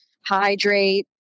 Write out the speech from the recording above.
Hydrate